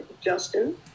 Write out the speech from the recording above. justin